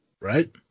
Right